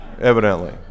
evidently